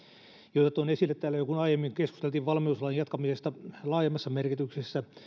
joita toin esille täällä jo kun aiemmin keskusteltiin valmiuslain jatkamisesta laajemmassa merkityksessä